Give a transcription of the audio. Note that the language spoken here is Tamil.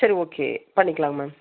சரி ஓகே பண்ணிக்கலாம் மேம்